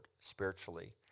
spiritually